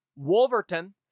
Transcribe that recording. Wolverton